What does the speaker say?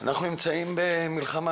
אנחנו נמצאים במלחמה